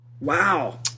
Wow